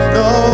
no